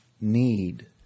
need